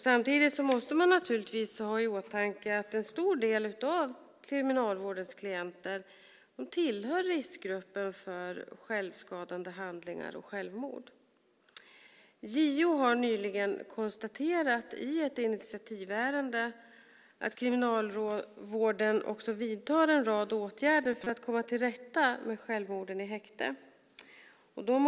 Samtidigt måste man ha i åtanke att en stor del av Kriminalvårdens klienter tillhör riskgruppen för självskadande handlingar och självmord. Justitieombudsmannen har nyligen konstaterat i ett initiativärende att Kriminalvården vidtar en rad åtgärder för att komma till rätta med självmorden i häkte .